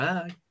Bye